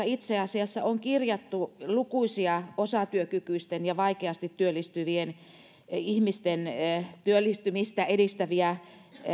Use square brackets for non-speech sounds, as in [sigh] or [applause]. [unintelligible] itse asiassa on kirjattu lukuisia osatyökykyisten ja vaikeasti työllistyvien ihmisten työllistämistä edistäviä